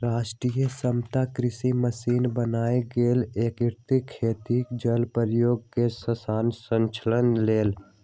राष्ट्रीय सतत कृषि मिशन बनाएल गेल एकीकृत खेती जल प्रयोग आ संसाधन संरक्षण लेल